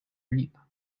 reap